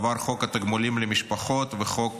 עבר חוק התגמולים למשפחות וחוק